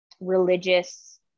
religious